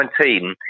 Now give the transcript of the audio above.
2019